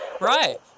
Right